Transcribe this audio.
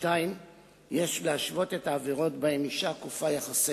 2. יש להשוות את העבירות שבהן אשה כופה יחסי